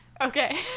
Okay